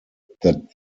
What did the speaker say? that